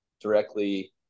directly